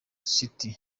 city